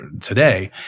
today